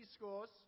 scores